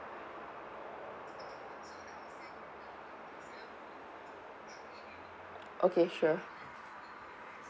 okay sure